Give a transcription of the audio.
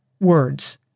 Words